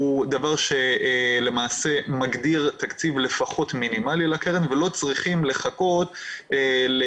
הוא דבר שמגדיר לפחות תקציב מינימלי לקרן ולא צריכים לחכות לקבלת